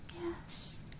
Yes